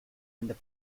and